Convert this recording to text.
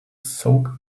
soak